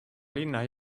linna